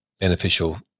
beneficial